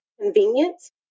convenience